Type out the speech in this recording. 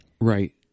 Right